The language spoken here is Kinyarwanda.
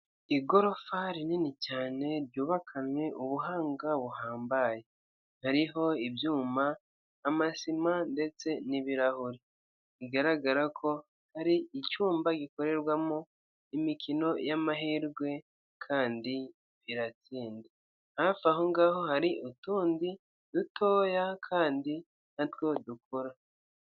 Igorofa rinini cyane ryubakanye ubuhanga buhambaye. hariho ibyuma, amasima, ndetse n'ibirahure. Bigaragara ko ari icyumba gikorerwamo imikino y'amahirwe, kandi iratsinda. Hafi aho ngaho hari utundi dutoya kandi natwo dukora.